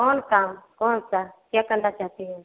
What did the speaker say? कौन काम कौन सा क्या करना चाहती हैं